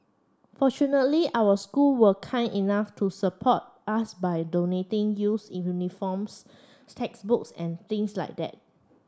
fortunately our school were kind enough to support us by donating use uniforms textbooks and things like that